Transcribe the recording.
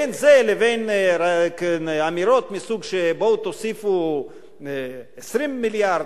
בין זה לבין אמירות מסוג של: בואו ותוסיפו 20 מיליארד,